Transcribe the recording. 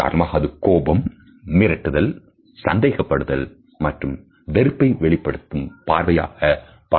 சாதாரணமாக அது கோபம் மிரட்டுதல் சந்தேகப்படுதல் மற்றும் வெறுப்பை வெளிப்படுத்தும் பார்வையாக பார்க்கலாம்